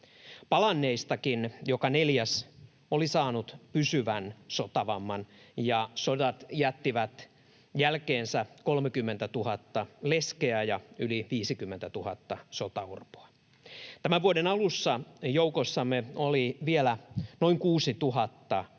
Palanneistakin joka neljäs oli saanut pysyvän sotavamman, ja sodat jättivät jälkeensä 30 000 leskeä ja yli 50 000 sotaorpoa. Tämän vuoden alussa joukossamme oli vielä noin 6 000